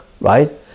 right